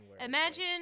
Imagine